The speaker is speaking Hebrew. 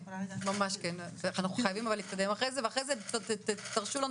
אבל אחרי זה אנחנו חייבים להתקדם,